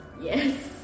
Yes